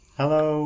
hello